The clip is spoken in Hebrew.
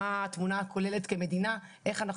מה התמונה הכוללת כמדינה - איך אנחנו